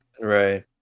right